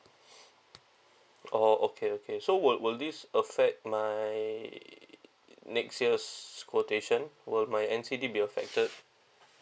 orh okay okay so will will this affect my next year's quotation will my N_C_D be affected